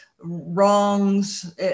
wrongs